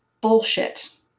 bullshit